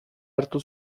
hartu